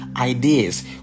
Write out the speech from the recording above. ideas